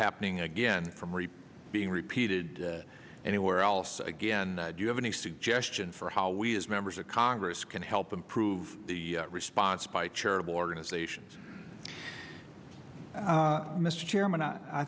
happening again from reap being repeated anywhere else again do you have any suggestion for how we as members of congress can help improve the response by charitable organizations